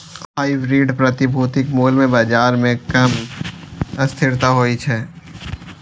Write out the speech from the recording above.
hybrid प्रतिभूतिक मूल्य मे बाजार मे कम अस्थिरता होइ छै